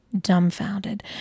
dumbfounded